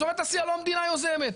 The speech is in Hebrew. אזורי תעשיה לא המדינה יוזמת.